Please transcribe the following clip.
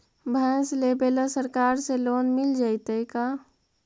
भैंस लेबे ल सरकार से लोन मिल जइतै का?